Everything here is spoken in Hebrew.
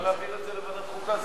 למה להעביר את זה לוועדת חוקה?